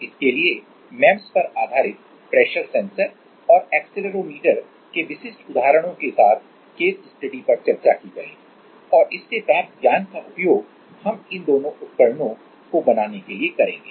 इसके लिए एमईएमएस पर आधारित प्रेशर सेंसर और एक्सेलेरोमीटर के विशिष्ट उदाहरणों के साथ केस स्टडी पर चर्चा की जाएगी और इससे प्राप्त ज्ञान का उपयोग हम इन दोनों उपकरणों को बनाने के लिए करेंगे